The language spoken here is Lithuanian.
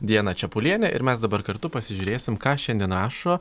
diana čepulienė ir mes dabar kartu pasižiūrėsim ką šiandien rašo